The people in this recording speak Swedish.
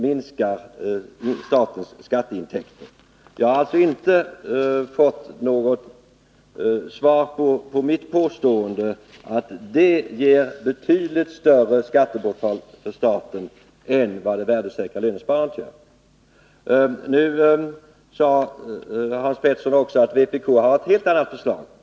Mitt påstående att fondsocialismen ger ett betydligt större skattebortfall för staten än vad det värdesäkra lönesparandet gör står alltså oemotsagt. Hans Petersson sade också att vpk har ett helt annat förslag.